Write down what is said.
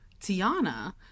Tiana